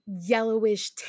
yellowish